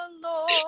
Lord